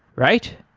right?